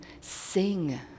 sing